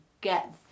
get